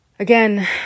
Again